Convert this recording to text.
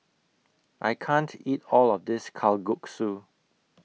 I can't eat All of This Kalguksu